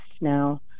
now